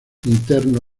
interno